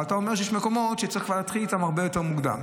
אבל אתה אומר שיש מקומות שצריך להתחיל איתם הרבה יותר מוקדם.